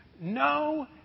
No